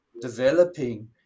developing